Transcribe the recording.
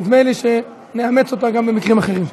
נדמה לי שנאמץ אותה גם במקרים אחרים.